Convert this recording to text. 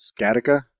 Scatica